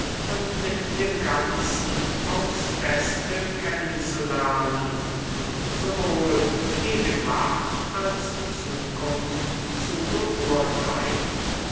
und mit dem ganzen aufs beste kennen zu lernen und sowohl gegenwart als zukunft zu beurteilen